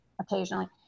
occasionally